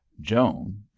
joan